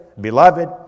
beloved